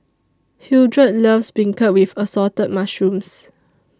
Hildred loves Beancurd with Assorted Mushrooms